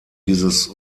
dieses